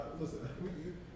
listen